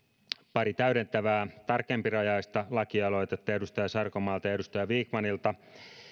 pari täydentävää tarkempirajaista lakialoitetta edustaja sarkomaalta ja edustaja vikmanilta